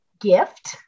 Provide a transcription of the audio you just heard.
gift